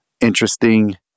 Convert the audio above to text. interesting